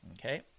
Okay